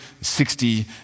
sixty